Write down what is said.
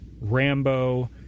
Rambo